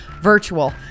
virtual